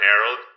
Harold